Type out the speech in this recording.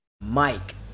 Mike